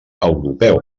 europeu